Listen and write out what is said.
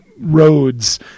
roads